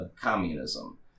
communism